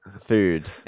food